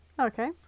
Okay